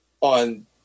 on